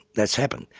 that's happened.